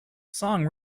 song